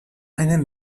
eine